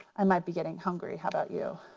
i might be getting hungry, how about you?